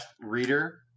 reader